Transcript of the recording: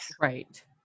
Right